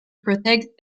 protect